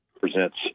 presents